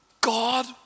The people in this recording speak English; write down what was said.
God